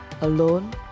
Alone